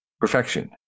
perfection